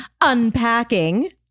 unpacking